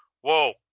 whoa